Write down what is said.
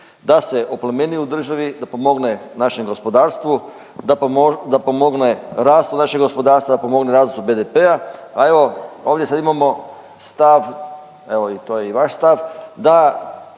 da se oplemeni u državi, da pomogne našem gospodarstvu, da pomogne rastu našeg gospodarstva, da pomogne rastu BDP-a, a evo ovdje sad imamo stav evo to je i vaš stav da